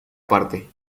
parte